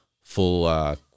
full